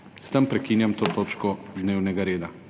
S tem prekinjam to točko dnevnega reda.